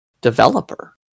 developer